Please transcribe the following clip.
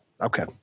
Okay